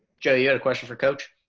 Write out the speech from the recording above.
jay, you had a question for coach?